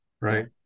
Right